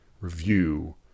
review